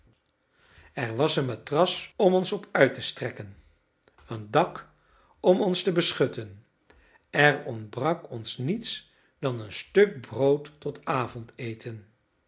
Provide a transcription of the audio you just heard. er was een matras om ons op uit te strekken een dak om ons te beschutten er ontbrak ons niets dan een stuk brood tot avondeten